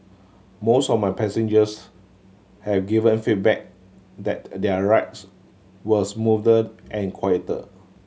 most of my passengers have given feedback that their rides were smoother and quieter